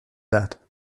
that